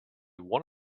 one